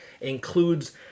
includes